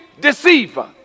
deceiver